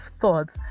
thoughts